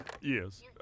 Yes